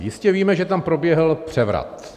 Jistě víme, že tam proběhl převrat.